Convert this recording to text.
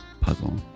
puzzle